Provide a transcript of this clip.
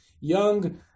young